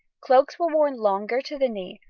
cloaks were worn longer to the knee,